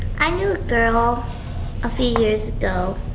i knew a girl a few years ago.